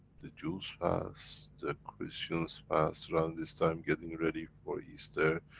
the jews fast, the christians fast, around this time getting ready for easter,